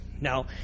Now